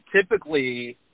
typically